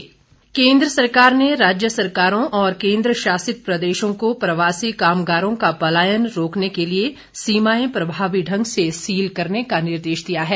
मंत्रालय निर्देश केन्द्र सरकार ने राज्य सरकारों और केन्द्र शासित प्रदेशों को प्रवासी कामगारों का पलायन रोकने के लिए सीमाएं प्रभावी ढंग से सील करने का निर्देश दिया है